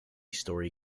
storey